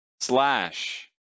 slash